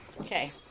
Okay